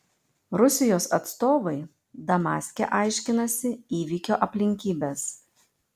rusijos atstovai damaske aiškinasi įvykio aplinkybes